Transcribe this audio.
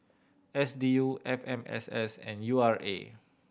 S D U F M S S and U R A